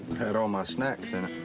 had all my snacks